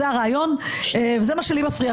זהו הרעיון, וזה מה שמפריע לי.